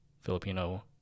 filipino